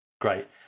great